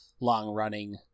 long-running